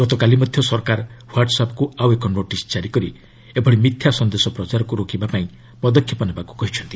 ଗତକାଲି ମଧ୍ୟ ସରକାର ହ୍ୱାଟ୍ସାପ୍କ୍ ଆଉ ଏକ ନୋଟିସ୍ ଜାରି କରି ଏଭଳି ମିଥ୍ୟା ସନ୍ଦେଶ ପ୍ରଚାରକୁ ରୋକିବା ଲାଗି ପଦକ୍ଷେପ ନେବାକୁ ମଧ୍ୟ କହିଛନ୍ତି